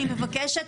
אני מבקשת,